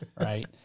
right